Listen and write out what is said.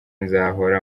nzahora